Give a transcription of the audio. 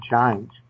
change